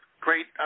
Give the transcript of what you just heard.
great